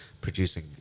producing